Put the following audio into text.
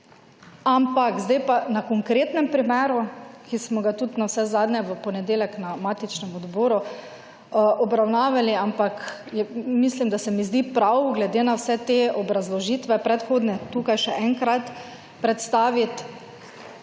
Ampak, zdaj pa, na konkretnem primeru, ki smo ga tudi navsezadnje v ponedeljek na matičnem odboru obravnavali, ampak, je, mislim, da se mi zdi prav, glede na vse te obrazložitve, predhodne, tukaj še enkrat predstavit